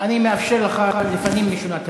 אדוני היושב-ראש, ברשותך,